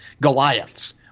Goliaths